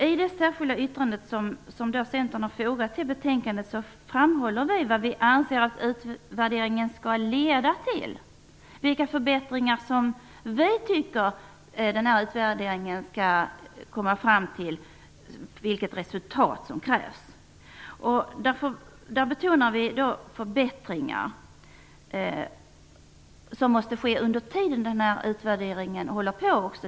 I det särskilda yttrande som Centern har fogat till betänkandet framhåller vi vilka förbättringar som vi anser att utvärderingen skall leda fram till och vilket resultat som krävs. Vi betonar att det måste ske förbättringar under tiden utvärderingen görs.